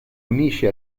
unisce